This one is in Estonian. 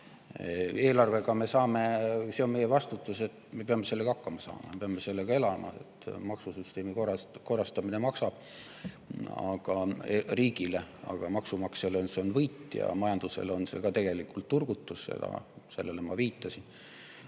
Eelarves – see on meie vastutus – me peame sellega hakkama saama ja me peame sellega elama. Maksusüsteemi korrastamine maksab riigile, aga maksumaksjale see on võit ja majandusele on see ka tegelikult turgutus. Sellele ma viitasin.